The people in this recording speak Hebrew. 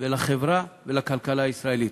לחברה ולכלכלה הישראלית.